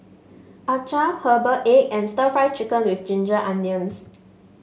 acar Herbal Egg and stir Fry Chicken with Ginger Onions